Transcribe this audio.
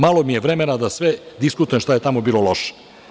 Malo mi je vremena da sve diskutujem šta je tamo bilo loše.